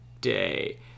day